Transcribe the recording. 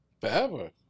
Forever